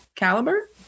caliber